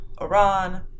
Iran